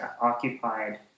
occupied